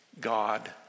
God